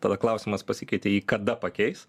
tada klausimas pasikeitė į kada pakeis